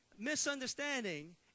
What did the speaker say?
misunderstanding